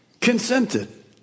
consented